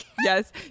Yes